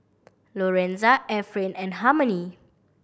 Lorenza Efrain and Harmony